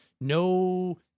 no